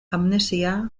amnesia